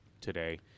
today